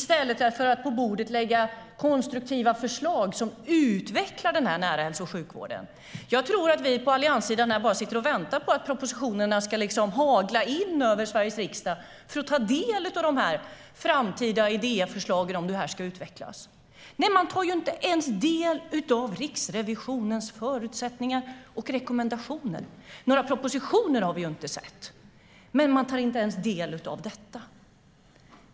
Det gör man i stället för att lägga konstruktiva förslag på bordet som utvecklar den nära hälso och sjukvården. Jag tror att vi på allianssidan bara sitter och väntar på att propositionerna ska hagla ned över Sveriges riksdag så att vi kan ta del av de framtida idéerna och förslagen om hur det här ska utvecklas. Men man tar inte ens del av Riksrevisionens rekommendationer. Några propositioner har vi ju inte sett, men man tar inte ens del av detta.